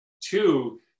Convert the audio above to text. Two